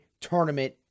tournament